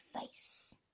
face